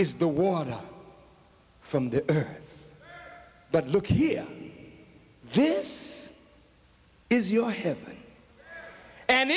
is the water from the air but look here this is your head and